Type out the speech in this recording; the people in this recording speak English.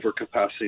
overcapacity